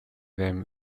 them